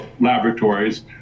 laboratories